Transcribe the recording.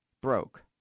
broke